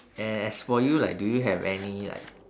and as for you like do you have any like